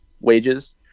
wages